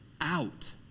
out